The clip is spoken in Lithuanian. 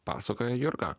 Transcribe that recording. pasakoja jurga